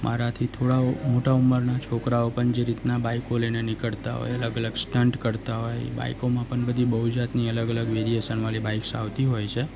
મારાથી થોડા ઓ મોટા ઉંમરના છોકરાઓ પણ જે રીતના બાઈકો લઈને નીકળતા હોય અલગ અલગ સ્ટંટ કરતા હોય એ બાઈકોમાં પણ બધી બહુ જાતની અલગ અલગ વેરીએસન વાળી બાઈક્સ આવતી હોય છે